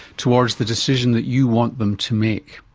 towards the decision that you want them to make.